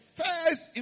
first